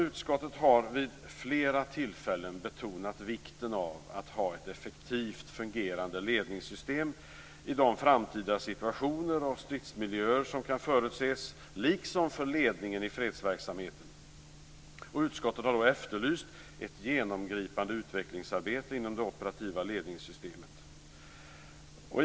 Utskottet har vid flera tillfällen betonat vikten av att ha ett effektivt fungerande ledningssystem i de framtida situationer och stridsmiljöer som kan förutses liksom för ledningen i fredsverksamheten. Utskottet har efterlyst ett genomgripande utvecklingsarbete inom det operativa ledningssystemet.